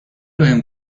بهم